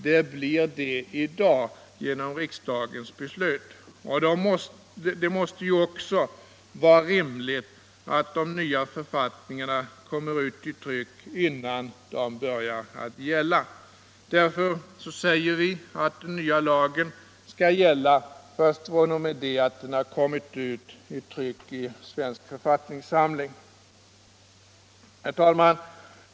Det blir det i dag genom riksdagens beslut. Det måste också vara rimligt att de nya författningarna kommer ut i tryck innan de börjar gälla. Därför anser vi att den nya lagen skall gälla först fr.o.m. att den kommit ut i tryck i Svensk författningssamling. Herr talman!